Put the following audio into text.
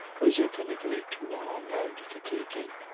was infinitely too long and fatiguing